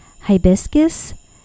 hibiscus